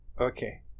okay